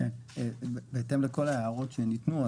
בהתאם לכל ההערות שניתנו,